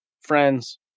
friends